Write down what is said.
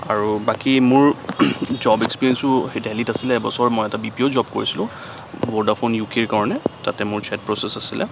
আৰু বাকী মোৰ জব এক্সপেৰিয়েঞ্চো দেলহিত আছিলে এবছৰ মই এটা বি পি আৰ জব কৰিছিলো ভডাফোন ইউ কেৰ কাৰণে তাতে মোৰ ছেট বক্সেছ আছিলে